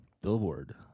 Billboard